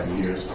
years